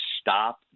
stop